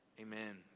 amen